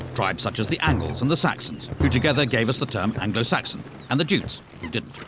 tribes such as the angles and the saxons, who together gave us the term anglo-saxon and the jutes who didn't.